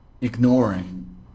ignoring